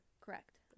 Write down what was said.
Correct